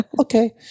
Okay